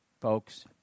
folks